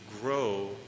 grow